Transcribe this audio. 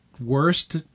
worst